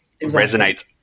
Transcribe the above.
resonates